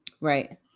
Right